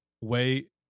wait